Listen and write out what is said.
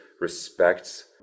respects